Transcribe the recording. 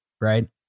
right